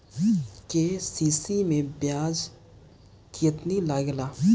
KCC मै ब्याज केतनि लागेला?